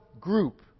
group